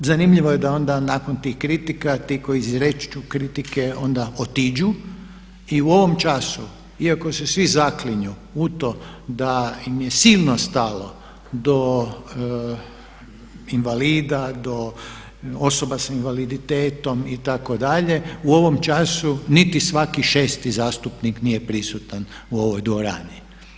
I zanimljivo je da onda nakon tih kritika ti koji izriču kritike onda otiđu i u ovom času iako se svi zaklinju u to da im je silno stalo do invalida, do osoba sa invaliditetom itd. u ovom času niti svaki šesti zastupnik nije prisutan u ovoj dvorani.